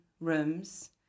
rooms